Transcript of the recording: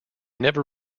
never